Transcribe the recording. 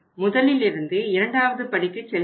முதலிலிருந்து இரண்டாவது படிக்கு செல்கிறோம்